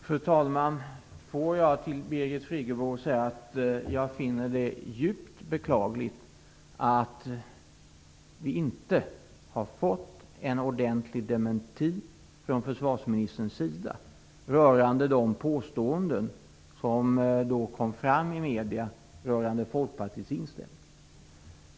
Fru talman! Låt mig till Birgit Friggebo säga att jag finner det djupt beklagligt att vi inte har fått en ordentlig dementi från försvarsministerns sida när det gäller de påståenden som gjordes i medierna om Folkpartiets inställning.